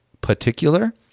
particular